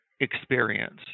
experience